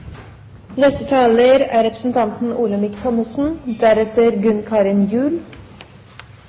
Neste taler er Olemic Thommessen.